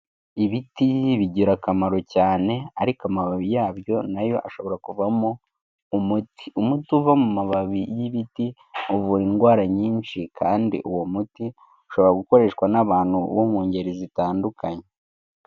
Ibiti bigira akamaro cyane ariko amababi yabyo na yo ashobora kuvamo umuti, umuti uva mu mababi y'ibiti uvura indwara nyinshi kandi uwo muti ushobora gukoreshwa n'abantu bo mu ngeri zitandukanye.